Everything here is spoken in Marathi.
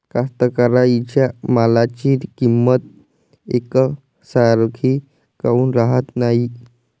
कास्तकाराइच्या मालाची किंमत यकसारखी काऊन राहत नाई?